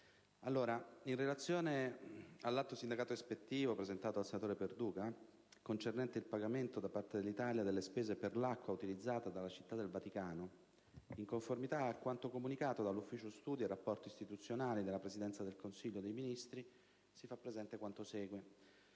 in relazione all'atto di sindacato ispettivo presentato dai senatori Perduca e Poretti, concernente il pagamento da parte dell'Italia delle spese per l'acqua utilizzata dalla Città del Vaticano, in conformità a quanto comunicato dall'Ufficio studi e rapporti istituzionali della Presidenza del Consiglio dei ministri, faccio presente quanto segue.